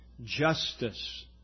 justice